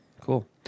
Cool